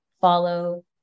follow